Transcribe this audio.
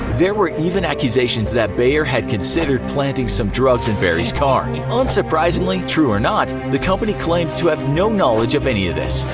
there were even accusations that bayer had considered planting some drugs in barry's car. unsurprisingly, true or not, the company claimed to have no knowledge of any of this.